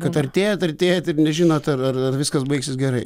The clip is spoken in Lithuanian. kad artėjat artėjat ir nežinot ar ar ar viskas baigsis gerai